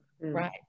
right